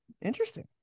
interesting